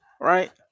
right